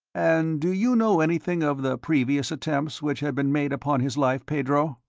and do you know anything of the previous attempts which had been made upon his life, pedro?